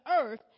earth